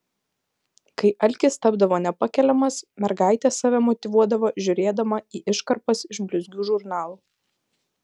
kai alkis tapdavo nepakeliamas mergaitė save motyvuodavo žiūrėdama į iškarpas iš blizgių žurnalų